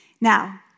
Now